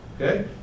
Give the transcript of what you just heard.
okay